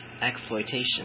exploitation